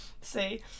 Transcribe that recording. see